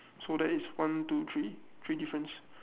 so that is one two three three difference